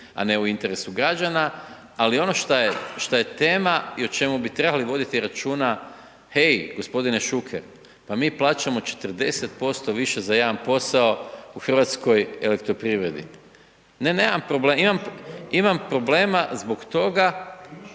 a ne u interesu građana, ali ono što je tema i što bi trebali voditi računa, hej gospodine Šuker, pa mi plaćamo 40% više za jedan posao, u Hrvatskoj elektroprivredi. Ne, nema problema, imam problema, zbog toga,